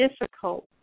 difficult